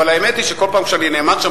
אבל האמת היא שכל פעם שאני נעמד שם